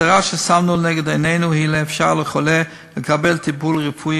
המטרה ששמנו לנגד עינינו היא לאפשר לחולה לקבל טיפול רפואי